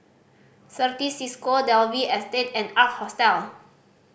Certis Cisco Dalvey Estate and Ark Hostel